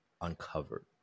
uncovered